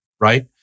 right